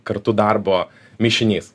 kartu darbo mišinys